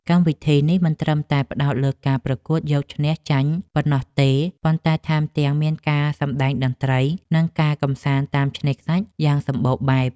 កម្មវិធីនេះមិនត្រឹមតែផ្ដោតលើការប្រកួតយកឈ្នះចាញ់ប៉ុណ្ណោះទេ ប៉ុន្តែថែមទាំងមានការសម្ដែងតន្ត្រី និងការកម្សាន្តតាមឆ្នេរខ្សាច់យ៉ាងសម្បូរបែប។